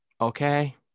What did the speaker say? Okay